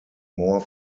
more